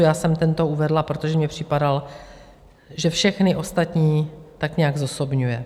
Já jsem tento uvedla, protože mně připadal, že všechny ostatní tak nějak zosobňuje.